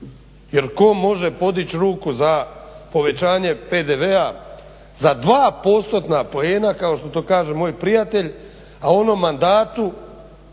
jer tko može podići ruku za povećanje PDV-a za dva postotna poena kao što to kaže moj prijatelj, a on u mandatu